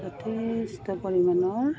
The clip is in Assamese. যথেষ্ট পৰিমাণৰ